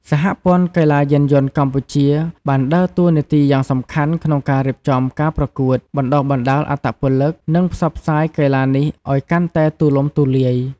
សហព័ន្ធកីឡាយានយន្តកម្ពុជា បានដើរតួនាទីយ៉ាងសំខាន់ក្នុងការរៀបចំការប្រកួត បណ្តុះបណ្តាលអត្តពលិក និងផ្សព្វផ្សាយកីឡានេះឲ្យកាន់តែទូលំទូលាយ។